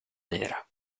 nera